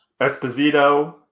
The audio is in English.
Esposito